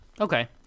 Okay